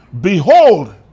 behold